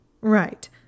Right